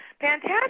fantastic